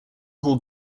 hall